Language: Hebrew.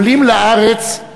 עולים לארץ,